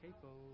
Capo